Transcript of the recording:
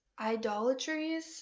idolatries